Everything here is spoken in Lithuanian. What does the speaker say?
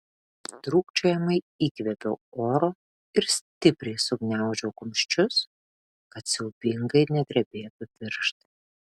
trūkčiojamai įkvėpiau oro ir stipriai sugniaužiau kumščius kad siaubingai nedrebėtų pirštai